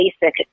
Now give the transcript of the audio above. basic